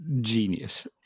genius